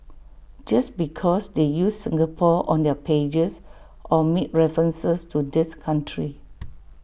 just because they use Singapore on their pages or make references to this country